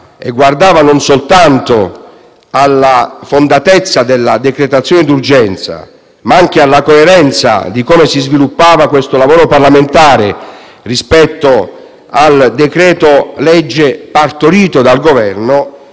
che guarda non soltanto alla fondatezza della decretazione d'urgenza, ma anche alla coerenza nello sviluppo del lavoro parlamentare rispetto al decreto-legge partorito dal Governo,